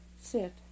sit